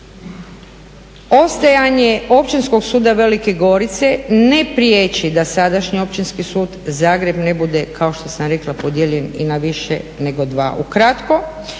Ostajanje Općinskog suda Velike Gorice ne prijeći da sadašnji Općinski sud Zagreb ne bude kao što sam rekla podijeljen i na više nego dva.